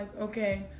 okay